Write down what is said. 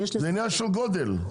זה עניין של גודל.